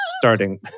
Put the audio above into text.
starting